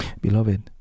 beloved